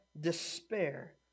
despair